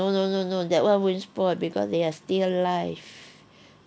no no no no that won't spoil because they are still live